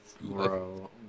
Bro